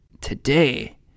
today